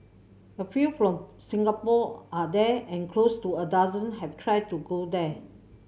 a few from Singapore are there and close to a dozen have tried to go there